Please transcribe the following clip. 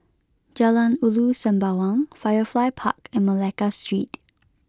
Jalan Ulu Sembawang Firefly Park and Malacca Street